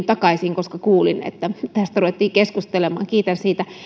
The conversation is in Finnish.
takaisin koska kuulin että tästä ruvettiin keskustelemaan kiitän siitä